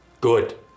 good